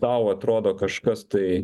tau atrodo kažkas tai